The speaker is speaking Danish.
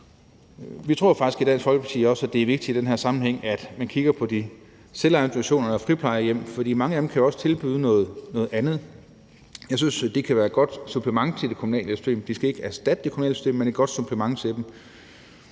vi tror faktisk i Dansk Folkeparti også, at det er vigtigt i den her sammenhæng, at vi kigger på de selvejende institutioner og friplejehjem, for mange af dem kan jo også tilbyde noget andet. Jeg synes, det kan være et godt supplement til det kommunale system. Det skal ikke erstatte det kommunale system, men være et godt supplement til det.